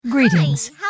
Greetings